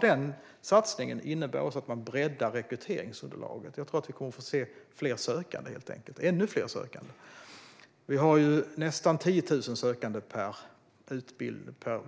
Denna satsning innebär att man breddar rekryteringsunderlaget, och jag tror att vi kommer att få se ännu fler sökande. Vi har nästan 10 000 sökande när utbildningarna